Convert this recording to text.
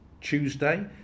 Tuesday